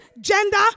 gender